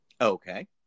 Okay